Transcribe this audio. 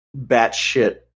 batshit